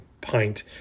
pint